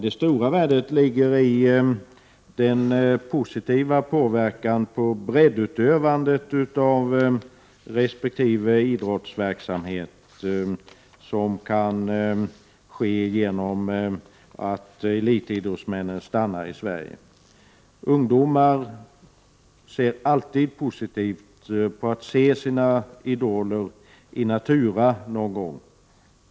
Det stora värdet ligger i den positiva påverkan på breddutövandet när det gäller resp. idrottsverksamhet som kan ske genom att elitidrottsmännen stannar i Sverige. Ungdomar tycker alltid att det är positivt att se sina idoler någon gång in natura.